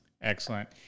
Excellent